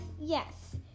Yes